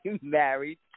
married